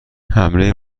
حمله